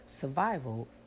Survival